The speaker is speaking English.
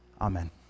Amen